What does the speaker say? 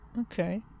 Okay